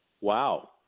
wow